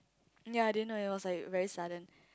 ya I didn't know it was like very sudden